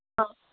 ஆ